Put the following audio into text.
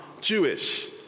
Jewish